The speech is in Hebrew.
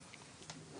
משרד השיכון,